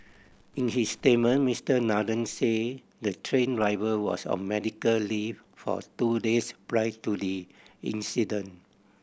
in his statement Mister Nathan said the train driver was on medical leave for two days prior to the incident